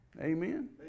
Amen